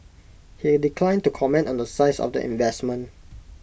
he declined to comment on the size of the investment